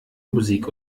musik